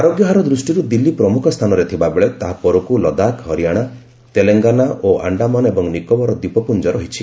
ଆରୋଗ୍ୟ ହାର ଦୃଷ୍ଟିରୁ ଦିଲ୍ଲୀ ପ୍ରମୁଖ ସ୍ଥାନରେ ଥିବା ବେଳେ ତାହାପରକୁ ଲଦାଖ ହରିଆଣା ତେଲଙ୍ଗାନା ଓ ଆଣ୍ଡାମାନ ଏବଂ ନିକୋବର ଦୀପପୁଞ୍ଜ ରହିଛି